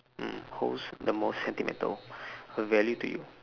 mm holds the most sentimental value to you